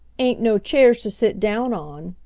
ain't no chairs to sit down on,